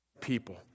people